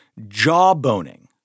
jawboning